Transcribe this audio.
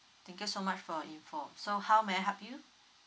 thank you so much for your info so how may I help you